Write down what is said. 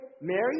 Mary